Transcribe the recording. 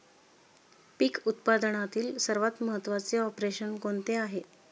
पीक उत्पादनातील सर्वात महत्त्वाचे ऑपरेशन कोणते आहे?